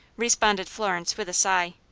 responded florence, with a sigh.